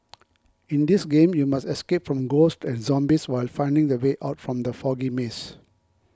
in this game you must escape from ghosts and zombies while finding the way out from the foggy maze